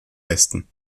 westen